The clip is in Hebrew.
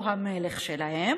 הוא המלך שלהם,